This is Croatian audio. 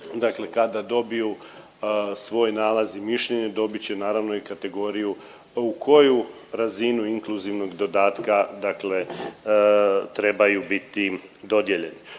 dakle kada dobiju svoj nalaz i mišljenje dobit će naravno i kategoriju u koju razinu inkluzivnog dodatka dakle trebaju biti dodijeljeni.